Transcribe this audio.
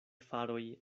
faroj